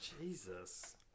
Jesus